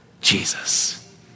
Jesus